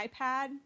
iPad